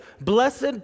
Blessed